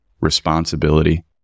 responsibility